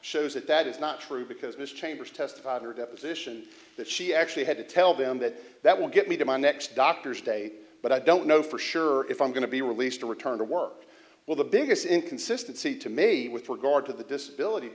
shows that that is not true because miss chambers testified in a deposition that she actually had to tell them that that will get me to my next doctor's day but i don't know for sure if i'm going to be released or return to work well the biggest inconsistency to me with regard to the disability